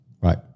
right